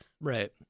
right